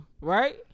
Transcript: right